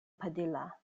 padilla